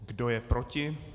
Kdo je proti?